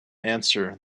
answer